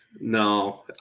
No